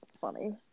Funny